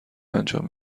انجام